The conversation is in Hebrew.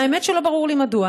והאמת היא שלא ברור לי מדוע.